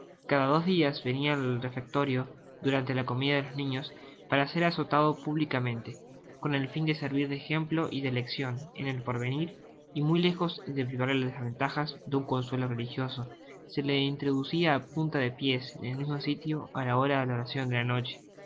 cada dos dias venia al refectorio durante la comida de los niños para ser azotado públicamente con el fin de servir de ejemplo y de leccion en el porvenir y muy lejos de privarle de las ventajas de un consuelo religioso se le introducia á punta pies en el mismo sitio á la hora de la oracion de la noche